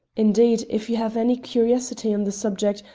indeed, if you have any curiosity on the subject,